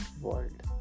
world